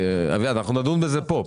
אביעד, אנחנו נדון בזה פה.